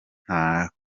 nta